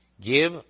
Give